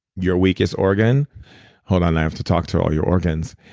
your weakest organ hold on i have to talk to all your organs.